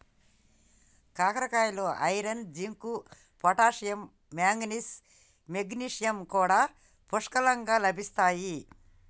కాకరకాయలో iron, zinc, potassium, manganese, magnesium కూడా పుష్కలంగా లభిస్తాయి